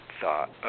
thought